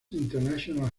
international